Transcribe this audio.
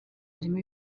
harimo